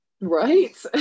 Right